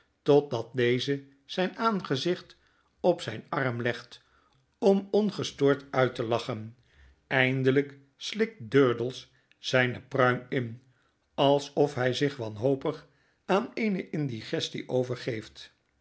totdat deze zyn aangezicht op zijn arm legt om ongestoord uit te lachen eindelyk slikt durdels zjjne pruim in alsof hij zich wanhopig aan eene indigestie overgeeft